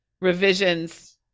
revisions